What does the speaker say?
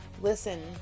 Listen